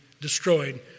destroyed